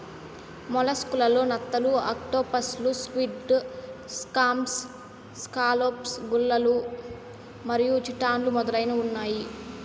mollusc లలో నత్తలు, ఆక్టోపస్లు, స్క్విడ్, క్లామ్స్, స్కాలోప్స్, గుల్లలు మరియు చిటాన్లు మొదలైనవి ఉన్నాయి